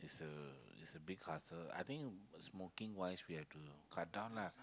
it's a it's a big hassle I think smoking wise we have to cut down lah